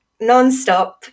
nonstop